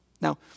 Now